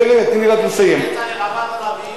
למה לא להביא עולים?